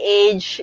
age